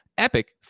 Epic